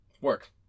Work